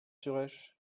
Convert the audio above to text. suresh